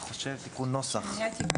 כן.